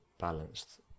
balanced